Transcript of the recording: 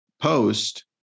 post